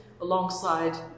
alongside